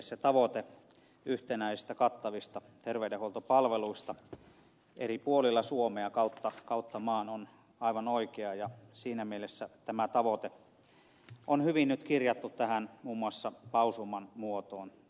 se tavoite yhtenäisistä kattavista terveydenhuoltopalveluista eri puolilla suomea kautta maan on aivan oikea ja siinä mielessä tämä tavoite on hyvin nyt kirjattu tähän muun muassa lausuman muotoon